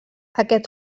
aquest